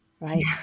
right